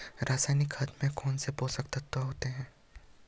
रासायनिक खाद में कौन कौन से पोषक तत्व होते हैं?